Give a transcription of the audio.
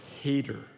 hater